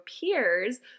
peers